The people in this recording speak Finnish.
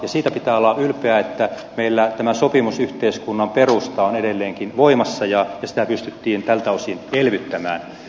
ja siitä pitää olla ylpeä että meillä tämän sopimusyhteiskunnan perusta on edelleenkin voimassa ja sitä pystyttiin tältä osin elvyttämään